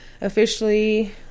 officially